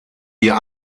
ihr